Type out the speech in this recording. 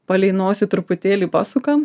palei nosį truputėlį pasukam